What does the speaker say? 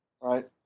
right